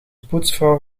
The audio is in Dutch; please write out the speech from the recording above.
poetsvrouw